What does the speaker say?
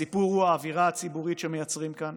הסיפור הוא האווירה הציבורית שמייצרים כאן